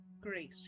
Great